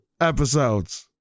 episodes